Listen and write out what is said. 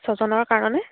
ছয়জনৰ কাৰণে